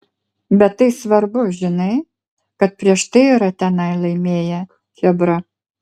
bet tai svarbu žinai kad prieš tai yra tenai laimėję chebra